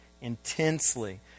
intensely